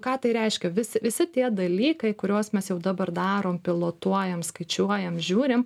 ką tai reiškia vis visi tie dalykai kuriuos mes jau dabar darom pilotuojam skaičiuojam žiūrim